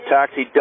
Taxi